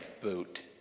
boot